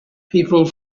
people